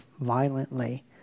violently